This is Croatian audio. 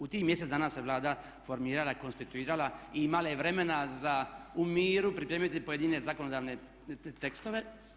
U tih mjesec dana se Vlada formirala, konstituirala i imala je vremena za u miru pripremiti pojedine zakonodavne tekstove.